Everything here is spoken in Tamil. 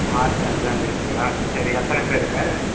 மார்ச் அஞ்சாந்தேதிங்களா சரி எத்தனை பேருங்க